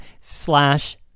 slash